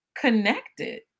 connected